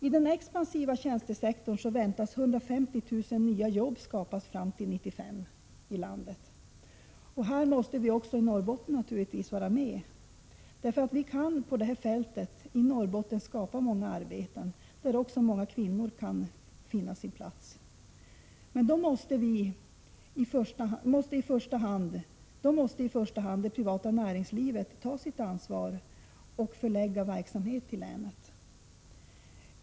I den expansiva tjänstesektorn väntas 150 000 nya jobb skapas fram till 1995 i landet. Här måste naturligtvis vi i Norrbotten vara med och konkurrera. Vi kan på detta fält skapa många arbeten i Norrbotten, där också många kvinnor kan finna sin plats. Men då måste i första hand det privata näringslivet ta sitt ansvar och förlägga verksamhet till länet.